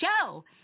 Show